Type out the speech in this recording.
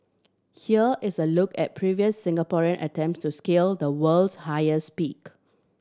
here is a look at previous Singaporean attempts to scale the world's highest peak